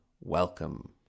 welcome